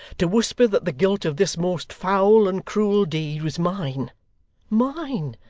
to whisper that the guilt of this most foul and cruel deed was mine mine,